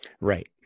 Right